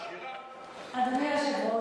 אדוני היושב-ראש,